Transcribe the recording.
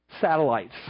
satellites